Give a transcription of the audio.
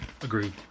Agreed